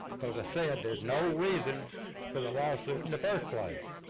cause i said, there's no reason for the lawsuit in the first place.